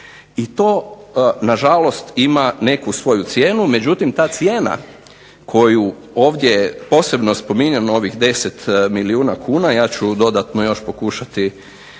I to nažalost ima neku svoju cijenu. Međutim ta cijena koju ovdje posebno spominjemo ovih 10 milijuna kuna, ja ću dodatno još pokušati